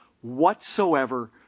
whatsoever